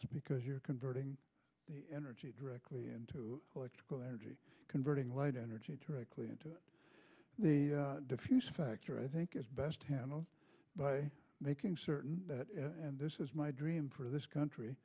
panels because you're converting energy directly into electrical energy converting light energy directly into the diffuse factor i think is best handled by making certain that and this is my dream for this country